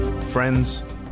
Friends